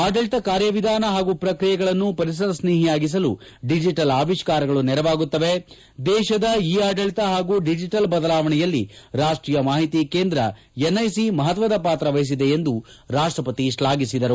ಆಡಳಿತ ಕಾರ್ಯ ವಿಧಾನ ಪಾಗೂ ಪ್ರಕ್ರಿಯೆಗಳನ್ನು ಪರಿಸರಸ್ನೇಒಯಾಗಿಸಲು ಡಿಜಿಟಲ್ ಅವಿಷ್ಕರಗಳು ನೆರವಾಗುತ್ತವೆ ದೇಶದ ಇ ಆಡಳಿತ ಹಾಗೂ ಡಿಜಿಟಲ್ ಬದಲಾವಣೆಯಲ್ಲಿ ರಾಷ್ಟೀಯ ಮಾಹಿತಿ ಕೇಂದ್ರ ಎನ್ಐಸಿ ಮಹತ್ವದ ಪಾತ್ರ ವಹಿಸಿದೆ ಎಂದು ರಾಷ್ಟಪತಿ ಶ್ಲಾಫಿಸಿದರು